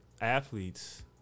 athletes